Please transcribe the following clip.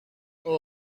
اوه